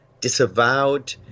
disavowed